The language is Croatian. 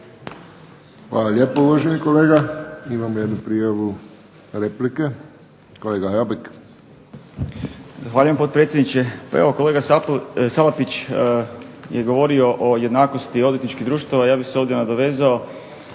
lijepo uvaženi kolega. Imamo jednu prijavu replike, kolega Habek. **Habek, Mario (SDP)** Zahvaljujem potpredsjedniče. Pa evo kolega Salapić je govorio o jednakosti odvjetničkih društava, ja bih se ovdje nadovezao